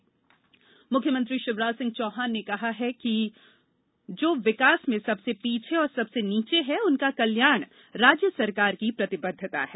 आहार अनुदान योजना मुख्यमंत्री शिवराज सिंह चौहान ने कहा है कि जो विकास में सबसे पीछे और सबसे नीचे हैं उनका कल्याण राज्य सरकार की प्रतिबद्धता है